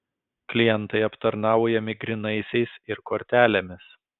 klientai aptarnaujami grynaisiais ir kortelėmis